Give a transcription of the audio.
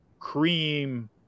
Cream